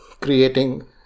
creating